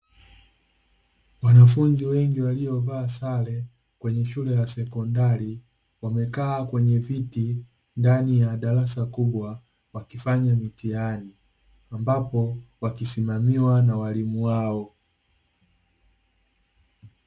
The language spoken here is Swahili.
Wanafunzi wengi waliovaa sare kwenye shule ya sekondari wamekaa kwenye viti ndani ya darasa kubwa wakifanya mitihani ambapo wakisimamiwa na walimu wao.